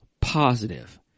positive